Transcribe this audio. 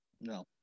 no